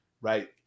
right